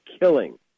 killing